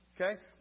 Okay